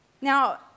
now